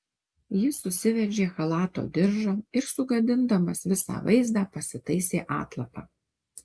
jis susiveržė chalato diržą ir sugadindamas visą vaizdą pasitaisė atlapą